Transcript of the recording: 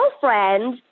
girlfriend